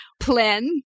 Plan